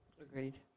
Agreed